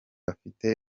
afite